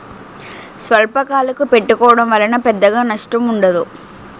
స్వల్పకాలకు పెట్టుకోవడం వలన పెద్దగా నష్టం ఉండదు